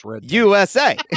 usa